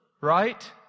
right